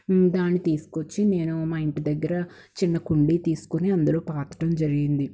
దాన్ని తీసుకొచ్చి నేను మా ఇంటి దగ్గర చిన్న కుండీ తీసుకొని అందులో పాతటం జరిగింది